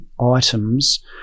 items